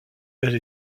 elle